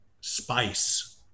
spice